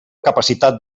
capacitat